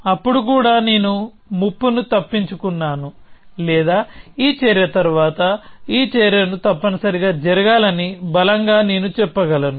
అప్పుడు కూడా నేను ముప్పును తప్పించుకున్నాను లేదా ఈ చర్య తరువాత ఈ చర్యను తప్పనిసరిగా జరగాలని బలంగా నేను చెప్పగలను